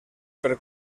per